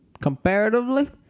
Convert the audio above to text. comparatively